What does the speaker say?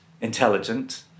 intelligent